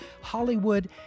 Hollywood